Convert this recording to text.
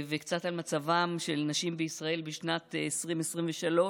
קצת על מצבן של נשים בישראל בשנת 2023,